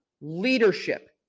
leadership